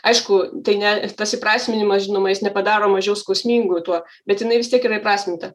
aišku tai ne tas įprasminimas žinoma jis nepadaro mažiau skausmingu tuo bet jinai vis tiek yra įprasminta